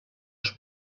els